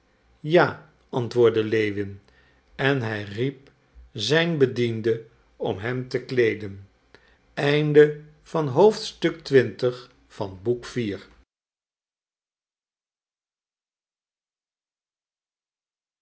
ja antwoordde lewin en hij riep zijn bediende om hem te kleeden